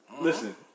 listen